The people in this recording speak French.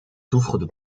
souffre